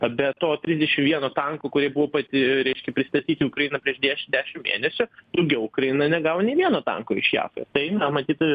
be to trisdešim vieno tanko kurie buvo pati reiškia pristatyti į ukrainą prieš deš dešim mėnesių daugiau ukraina negavo nei vieno tanko iš jav tai na matyt